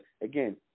again